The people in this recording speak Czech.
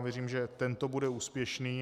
Věřím, že tento bude úspěšný.